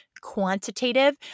quantitative